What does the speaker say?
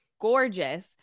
Gorgeous